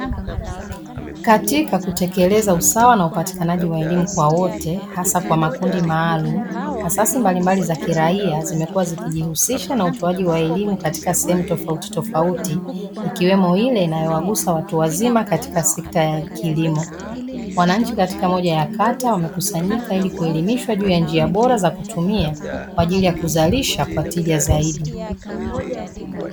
Katika kutekeleza usawa na upatikanaji wa elimu kwa wote hasa kwa makundi maalumu; asasi mbalimbali za kiraia zimekuwa zikijihusisha na utoaji wa elimu katika sehemu tofautitofauti ikiwemo ile inayowagusa watu wazima katika sekta ya kilimo. Wananchi katika moja ya kata wamekusanyika ili kuelimishwa juu ya njia bora za kutumia, kwa ajili ya kuzalisha kwa tija zaidi.